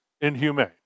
inhumane